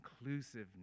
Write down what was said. inclusiveness